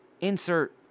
insert